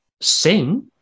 sing